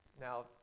Now